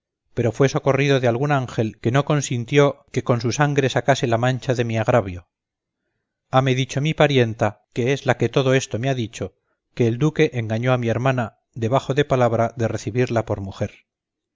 pero fue socorrido de algún ángel que no consintió que con su sangre sacase la mancha de mi agravio hame dicho mi parienta que es la que todo esto me ha dicho que el duque engañó a mi hermana debajo de palabra de recebirla por mujer